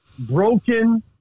Broken